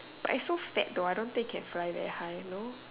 but it's so fat though I don't think it can fly very high you know